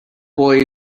boy